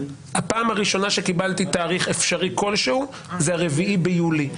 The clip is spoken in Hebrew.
הפעם הראשונה שקיבלתי תאריך אפשרי כלשהו זה ה-4 ביולי.